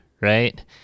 right